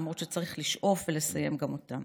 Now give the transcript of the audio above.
למרות שצריך לשאוף ולסיים גם אותם.